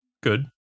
good